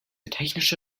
technische